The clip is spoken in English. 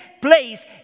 place